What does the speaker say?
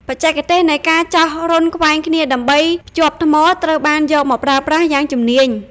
បច្ចេកទេសនៃការចោះរន្ធខ្វែងគ្នាដើម្បីភ្ជាប់ថ្មត្រូវបានយកមកប្រើប្រាស់យ៉ាងជំនាញ។